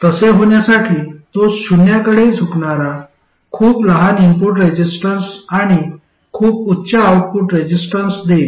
तसे होण्यासाठी तो शून्याकडे झुकणारा खूप लहान इनपुट रेजिस्टन्स आणि खूप उच्च आउटपुट रेजिस्टन्स देईल